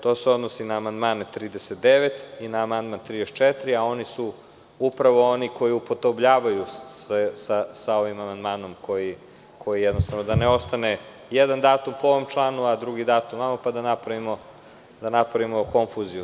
To se odnosi na amandman 39, a i na 34. a oni su upravo ti koji se upodobljavaju sa ovim amandmanom, da ne ostane jedan datum po ovom članu, a drugi datum ovamo, pa da napravimo konfuziju.